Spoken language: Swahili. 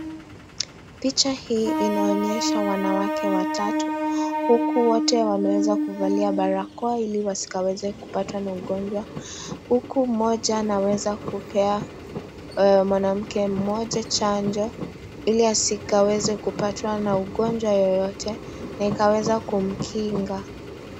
Picha hii inaonyesha wanawake watatu huku wote waeweza kuvalia barakoa ili wasiweze kupatwa na ugonjwa huku mmoja anaweza kupea mwanamke mmoja chanjo ili askikaweze kupatwa na ugonjwa yeyote yakaweza kumkinga.